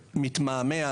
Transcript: מתמהמה,